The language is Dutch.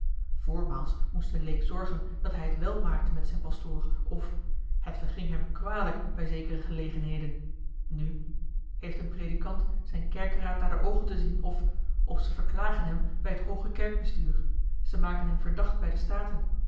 voormaals moest de leek zorgen dat hij het wél maakte met zijn pastoor of het verging hem kwalijk bij zekere gelegenheden nu heeft een predikant zijn kerkeraad naar de oogen te zien of of ze verklagen hem bij het hooge kerkbestuur ze maken hem verdacht bij de staten